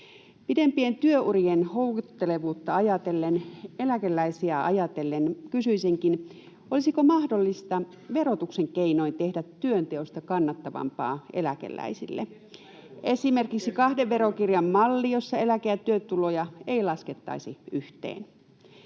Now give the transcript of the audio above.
Pidempien työurien houkuttelevuutta ajatellen, eläkeläisiä ajatellen, kysyisinkin, olisiko mahdollista verotuksen keinoin tehdä työnteosta kannattavampaa eläkeläisille, esimerkiksi kahden verokirjan malli, jossa eläke- ja työtuloja ei laskettaisi yhteen.